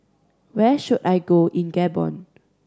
where should I go in Gabon